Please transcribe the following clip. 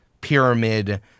pyramid